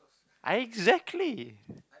I exactly